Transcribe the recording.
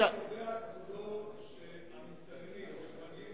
האם יודע כבודו שהמסתננים שמגיעים